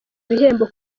bihembo